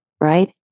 right